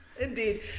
Indeed